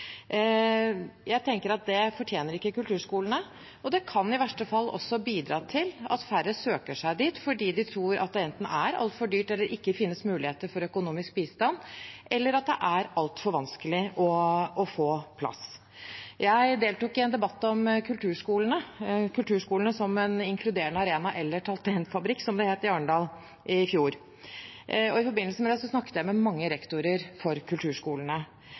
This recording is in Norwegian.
Jeg tenker at det fortjener ikke kulturskolene, og det kan i verste fall bidra til at færre søker seg dit, fordi de tror det enten er altfor dyrt eller ikke finnes muligheter for økonomisk bistand, eller at det er altfor vanskelig å få plass. Jeg deltok i en debatt om kulturskolene som en inkluderende arena – eller talentfabrikk, som det het – i Arendal i fjor. I forbindelse med det snakket jeg med mange rektorer for kulturskolene.